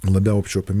labiau apčiuopiami